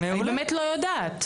אני באמת לא יודעת.